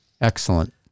Excellent